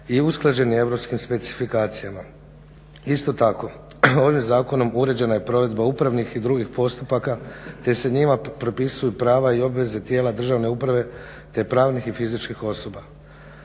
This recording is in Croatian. i usklađeni europskim specifikacijama. Isto tako, ovim Zakonom uređena je provedba upravnih i drugih postupaka, te se njima propisuju prava i obveze tijela državne uprave, te pravnih i fizičkih osoba.